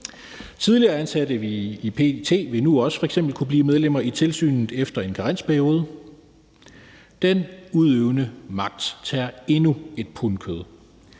Tidligere ansatte i PET vil nu også f.eks. kunne blive medlemmer af tilsynet efter en karensperiode. Den udøvende magt tager endnu et pund kød.